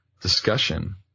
discussion